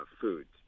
foods